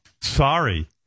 sorry